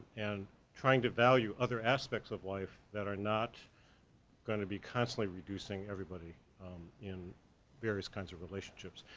and trying to value other aspects of life that are not gonna be constantly reducing everybody in various kinds of relationships.